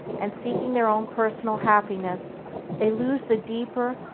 and seeking their own personal happiness they lose the deeper,